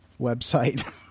website